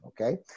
okay